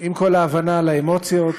עם כל ההבנה לאמוציות,